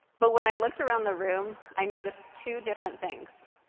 but when i looked around the room, i noticed two different things.